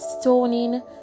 stoning